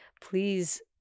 Please